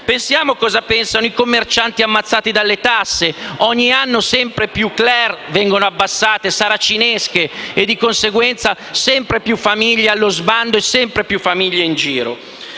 Pensiamo a cosa pensano i commercianti ammazzati dalle tasse, ogni anno sempre più care, vengono abbassate saracinesche e di conseguenza sempre più famiglie allo sbando e sempre più famiglie in giro.